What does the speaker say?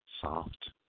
Soft